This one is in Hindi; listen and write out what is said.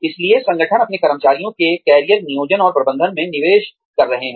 इसलिए संगठन अपने कर्मचारियों के कैरियर नियोजन और प्रबंधन में निवेश कर रहे हैं